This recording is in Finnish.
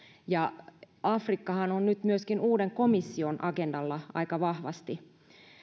ja afrikkahan on nyt myöskin uuden komission agendalla aika vahvasti